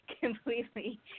completely